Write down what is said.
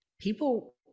people